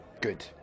Good